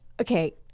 Okay